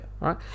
Right